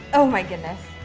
oh my goodness.